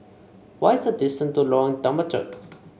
what is the distance to Lorong Temechut